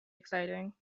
exciting